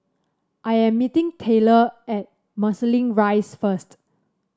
I am meeting Tayler at Marsiling Rise first